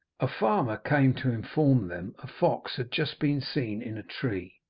a farmer came to inform them a fox had just been seen in a tree.